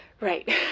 Right